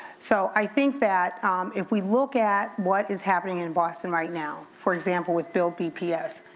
so i think that if we look at what is happening in boston right now, for example with bill bps.